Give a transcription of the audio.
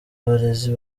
abarezi